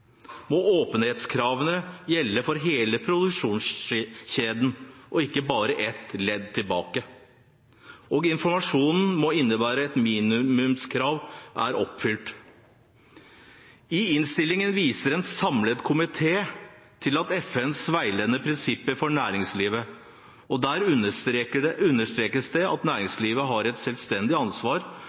må åpenhetskravene gjelde for hele produksjonskjeden og ikke bare ett ledd tilbake. Informasjonen må innebære at et minimumskrav er oppfylt. I innstillingen viser en samlet komité til FNs veiledende prinsipper for næringslivet. Der understrekes det at næringslivet har et selvstendig ansvar